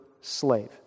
slave